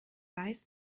weiß